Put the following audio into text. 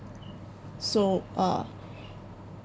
so uh